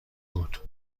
بود